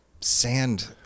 sand